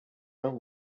are